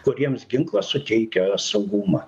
kuriems ginklą suteikia saugumą